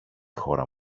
χώρα